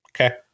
Okay